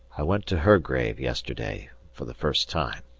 i went to her grave yesterday for the first time.